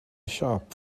siop